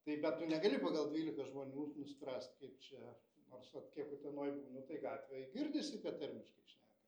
tai bet tu negali pagal dvyliką žmonių nuspręst kaip čia nors vat kiek utenoj būnu tai gatvėj girdisi kad tarmiškai šneka